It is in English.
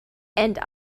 and